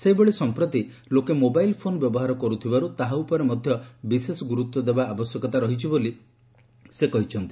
ସେହିଭଳି ସମ୍ପ୍ରତି ଲୋକେ ମୋବାଇଲ ଫୋନ ବ୍ୟବହାର କରୁଥିବାରୁ ତାହା ଉପରେ ମଧ୍ଧ ବିଶେଷ ଗୁରୁତ୍ୱ ଦେବା ଆବଶ୍ୟତା ରହିଛି ବୋଲି ସେ କହିଛନ୍ତି